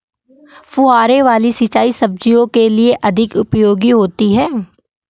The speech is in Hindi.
फुहारे वाली सिंचाई सब्जियों के लिए अधिक उपयोगी होती है?